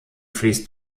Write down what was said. fließt